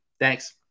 Thanks